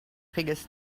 figures